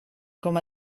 com